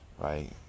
right